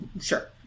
Sure